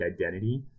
identity